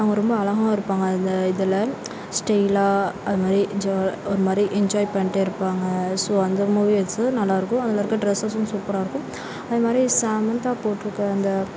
அவங்க ரொம்ப அழகாகவும் இருப்பாங்க அந்த இதில் ஸ்டைலாக அதுமாதிரி ஜா ஒரு மாதிரி என்ஜாய் பண்ணிட்டேயிருப்பாங்க ஸோ அந்த மூவீஸு நல்லாயிருக்கும் அதுலயிருக்குற டிரெஸஸும் சூப்பராகருக்கும் அதுமாதிரி சமந்தா போட்ருக்க அந்த